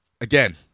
Again